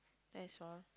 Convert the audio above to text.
as for